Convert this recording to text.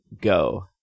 Go